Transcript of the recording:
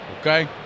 Okay